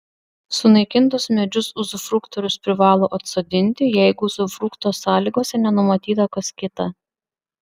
sunaikintus medžius uzufruktorius privalo atsodinti jeigu uzufrukto sąlygose nenumatyta kas kita